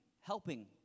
helping